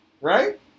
Right